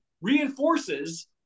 reinforces